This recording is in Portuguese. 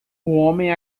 homem